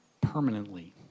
permanently